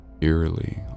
Eerily